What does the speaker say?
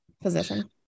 position